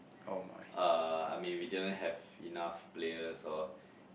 uh I mean we didn't have enought players or